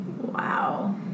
wow